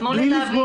תנו לי להבין.